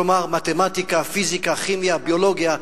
כלומר מתמטיקה, פיזיקה, כימיה, ביולוגיה.